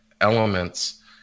elements